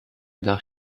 nach